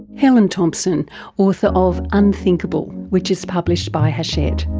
helen thomson, author of unthinkable which is published by hachette.